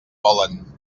volen